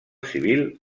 civil